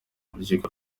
urukiko